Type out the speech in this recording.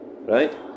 right